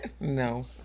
no